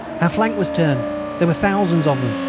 our flank was turned there are thousands of them.